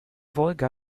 wolga